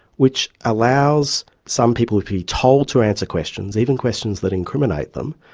which allows some people to be told to answer questions, even questions that incriminate them,